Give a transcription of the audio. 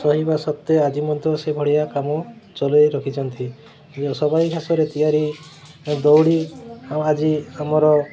ସହିବା ସତ୍ତ୍ୱେ ଆଜି ମଧ୍ୟ ସେଭଳିଆ କାମ ଚଲାଇ ରଖିଛନ୍ତି ସବାଇ ଘାସରେ ତିଆରି ଦୌଡ଼ି ଆଉ ଆଜି ଆମର